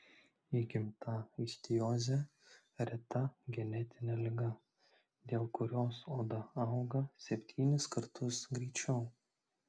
įgimta ichtiozė reta genetinė liga dėl kurios oda auga septynis kartus greičiau